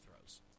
throws